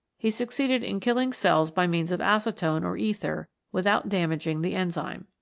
he succeeded in killing cells by means of acetone or ether without damag ing the enzyme.